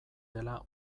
dela